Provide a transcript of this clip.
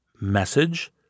Message